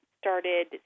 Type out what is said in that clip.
started